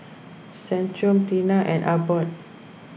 Centrum Tena and Abbott